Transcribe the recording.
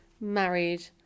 married